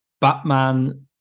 Batman